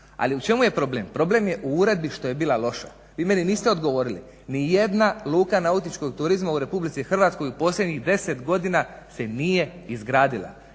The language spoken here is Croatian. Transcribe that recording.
Ali u čemu je problem? Problem je u uredbi što je bila loša. Vi meni niste odgovorili, nijedna luka nautičkog turizma u Republici Hrvatskoj u posljednjih 10 godina se nije izgradila.